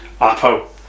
Apo